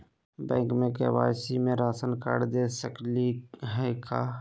Bank में KYC में ration card दे सकली हई का?